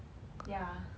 yeah